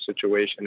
situation